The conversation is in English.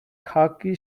khaki